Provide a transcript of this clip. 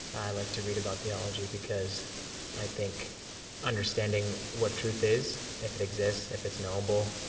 i like to read about theology because i think understanding what truth is, if it exists, if it's knowable,